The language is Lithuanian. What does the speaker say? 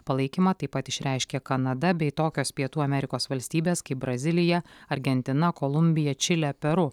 palaikymą taip pat išreiškė kanada bei tokios pietų amerikos valstybės kaip brazilija argentina kolumbija čilė peru